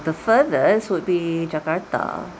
the furthest would be jakarta